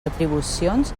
atribucions